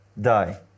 die